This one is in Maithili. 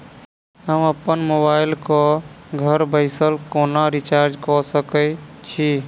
हम अप्पन मोबाइल कऽ घर बैसल कोना रिचार्ज कऽ सकय छी?